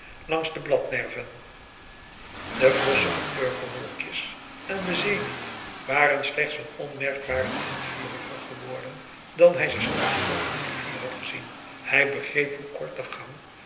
langs de bladnerven de vlossige purperwolkjes aan den zenith waren slechts een onmerkbare tint vuriger geworden dan hij ze straks boven de rivier had gezien hij begreep hoe kort de gang